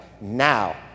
now